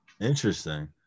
Interesting